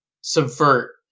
subvert